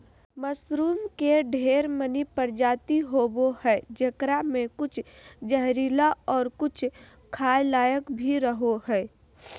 mushroom के ढेर मनी प्रजाति होवो हय जेकरा मे कुछ जहरीला और कुछ खाय लायक भी रहो हय